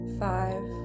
five